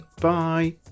Bye